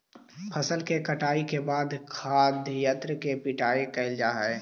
फसल के कटाई के बाद खाद्यान्न के पिटाई कैल जा हइ